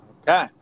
Okay